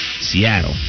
seattle